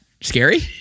scary